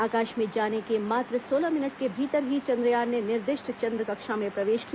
आकाश में जाने के मात्र सोलह मिनट के भीतर ही चंद्रयान ने निर्दिष्ट चंद्र कक्षा में प्रवेश किया